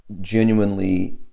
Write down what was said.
genuinely